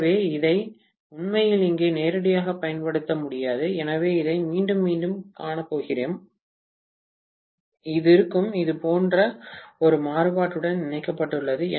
எனவே இதை உண்மையில் இங்கே நேரடியாகப் பயன்படுத்த முடியாது எனவே இதை மீண்டும் இங்கே காண்பிக்கிறேன் இது இருக்கும் இது போன்ற ஒரு மாறுபாட்டுடன் இணைக்கப்பட்டுள்ளது